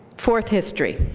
fourth history.